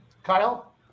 Kyle